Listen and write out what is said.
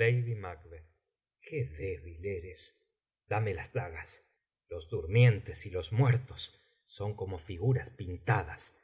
lady mac qué débil eres dame las dagas los durmientes y los muertos son como figuras pintadas